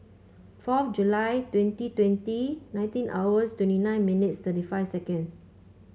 fourth July twenty twenty nineteen hours twenty nine minutes thirty five seconds